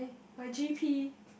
my G P